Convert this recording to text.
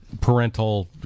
parental